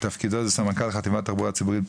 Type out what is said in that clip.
תפקידו זה סמנכ"ל חטיבת תחבורה ציבורית,